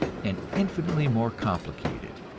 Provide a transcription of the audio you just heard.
and infinitely more complicated,